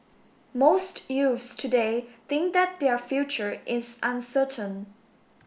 most youths today think that their future is uncertain